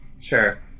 Sure